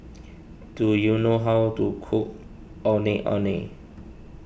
do you know how to cook Ondeh Ondeh